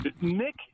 Nick